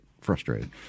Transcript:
frustrated